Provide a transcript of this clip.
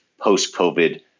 post-COVID